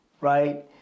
right